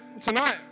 tonight